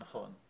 כן.